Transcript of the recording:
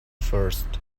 first